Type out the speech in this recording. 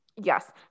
Yes